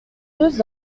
deux